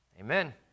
Amen